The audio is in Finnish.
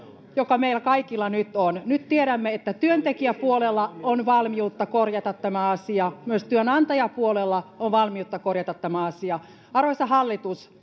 joka meillä kaikilla nyt on nyt tiedämme että työntekijäpuolella on valmiutta korjata tämä asia myös työnantajapuolella on valmiutta korjata tämä asia arvoisa hallitus